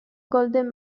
golden